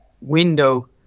window